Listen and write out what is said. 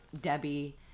Debbie